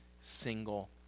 single